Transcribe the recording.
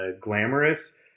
glamorous